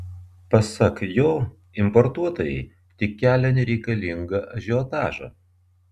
pasak jo importuotojai tik kelia nereikalingą ažiotažą